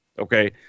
okay